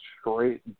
straight